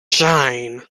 shine